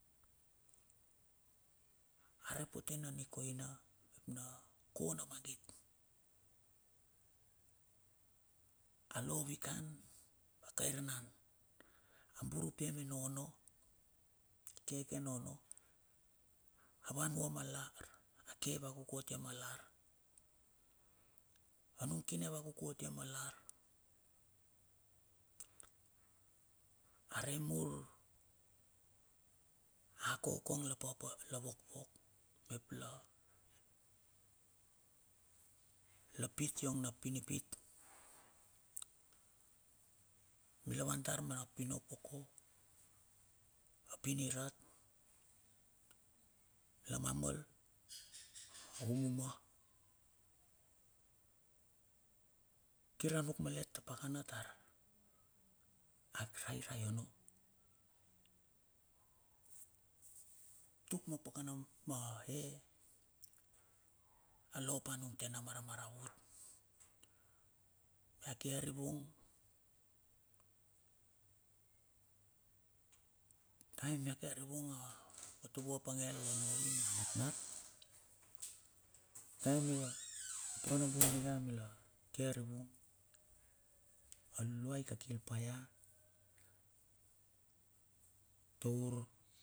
Arep puti na ni koina, na ko na mangit. Alo vi kan a kaer na aburup peve nono, keke nono. Avan mo malar, ke vagu koti malar. Anung kine va ko koti malar, arei mur, ako kong la papa la vokvok mepla, lapit iong na pinipit. Mila van tar mana pino poko a pin i rat la mamol, vumumwo. Kir a nuk malet ta pakana tar, a krai rai onung. Tuk ma pakanam ma e- e, alo panung tena mara maravut, mea kiarivung. Taem mea kiarivung ato vo pang e na na natnat. taem ia pakanabung ninge mila, kiarivung, a luluai kakil paia, to ur.